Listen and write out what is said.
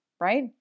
right